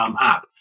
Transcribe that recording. app